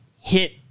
hit